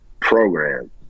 program